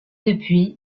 depuis